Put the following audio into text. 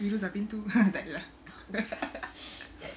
you lose our pintu tak ada lah